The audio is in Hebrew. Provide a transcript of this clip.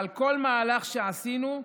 על כל מהלך שעשינו,